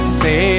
say